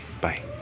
bye